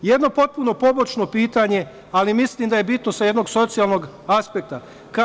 Jedno potpuno pobočno pitanje, ali mislim da je bitno sa jednog socijalnog aspekta.